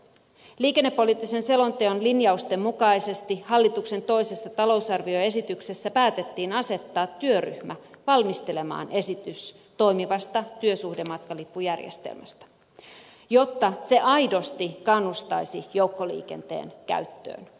liikennepoliittisen selonteon linjausten mukaisesti hallituksen toisessa talousarvioesityksessä päätettiin asettaa työryhmä valmistelemaan esitys toimivasta työsuhdematkalippujärjestelmästä jotta se aidosti kannustaisi jouk koliikenteen käyttöön